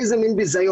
איזה מין ביזיון,